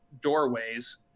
doorways